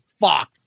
fuck